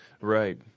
Right